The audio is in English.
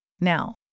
Now